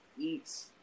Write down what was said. eats